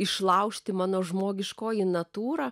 išlaužti mano žmogiškoji natūra